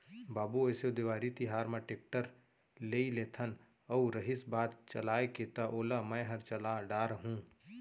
बाबू एसो देवारी तिहार म टेक्टर लेइ लेथन अउ रहिस बात चलाय के त ओला मैंहर चला डार हूँ